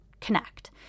connect